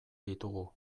ditugu